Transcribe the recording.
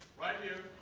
right here.